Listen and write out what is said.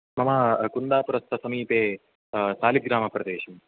मम कुन्दापुरस्थ समीपे सालिग्रामप्रदेशं